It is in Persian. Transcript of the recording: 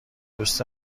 دوست